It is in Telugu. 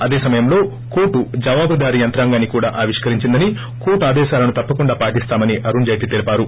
అదే సమయంలో కోర్టు జవాబుదారీ యంత్రాంగాన్ని కూడా ఆవిష్కరించిందని కోర్టు ఆదేశాలను తప్పకుండా పాటిస్తామని అరుణ్ జైట్లీ తెలిపారు